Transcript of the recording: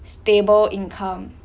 stable income